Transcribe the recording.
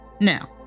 Now